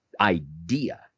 idea